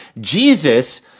Jesus